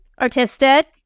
artistic